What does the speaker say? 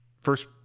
first